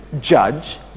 judge